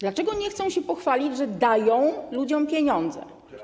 Dlaczego nie chcą się pochwalić, że „dają” ludziom pieniądze?